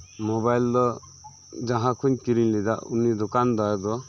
mobile ᱫᱚ ᱡᱟᱦᱟᱸᱠᱩᱧ ᱠᱤᱨᱤᱧ ᱞᱮᱫᱟ ᱩᱱᱤ ᱫᱚᱠᱟᱱ ᱫᱟᱨ ᱫᱚ